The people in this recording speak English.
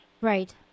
Right